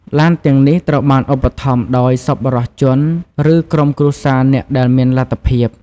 ឡានទាំងនេះត្រូវបានឧបត្ថម្ភដោយសប្បុរសជន ឬក្រុមគ្រួសារអ្នកដែលមានលទ្ធភាព។